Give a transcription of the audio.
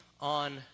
on